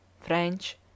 French